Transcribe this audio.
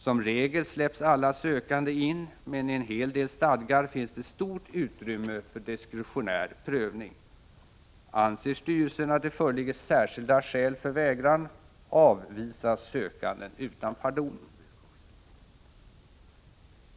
Som regel släpps alla sökande in, men i en hel del stadgar finns det stort utrymme för diskretionär prövning. Anser styrelsen att det föreligger särskilda skäl för vägran, avvisas sökanden utan pardon.